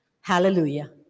hallelujah